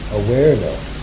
awareness